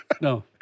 No